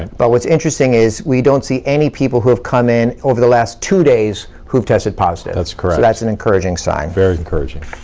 but what's interesting is, we don't see any people who have come in over the last two days who've tested positive. that's correct. so that's an encouraging sign. very encouraging.